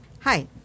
Hi